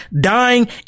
dying